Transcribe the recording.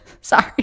Sorry